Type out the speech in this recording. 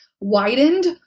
widened